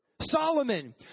Solomon